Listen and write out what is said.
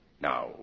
Now